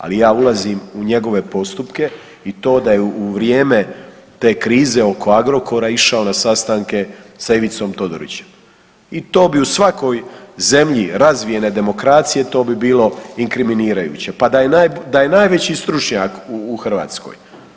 Ali ja ulazim u njegove postupke i to da je u vrijeme te krize oko Agrokora išao na sastanke sa Ivicom Todorićem i to bi u svakoj zemlji razvijene demokracije to bi bilo inkriminirajuće pa da je najveći stručnjak u Hrvatskoj.